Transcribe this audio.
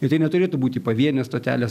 ir tai neturėtų būti pavienės stotelės